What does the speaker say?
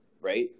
right